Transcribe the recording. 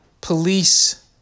police